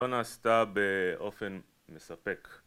לא נעשתה באופן מספק